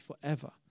forever